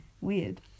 Weird